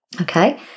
Okay